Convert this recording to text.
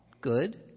Good